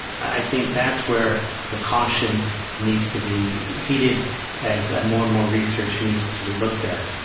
i think that's where the caution needs to be heeded as ah more and more research needs to be looked at.